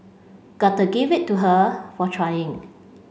gotta give it to her for trying